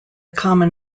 common